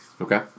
Okay